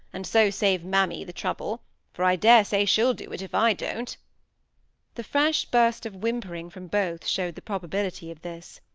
and so save mammy the trouble for i dare say she'll do it if i don't the fresh burst of whimpering from both showed the probability of this.